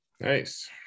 nice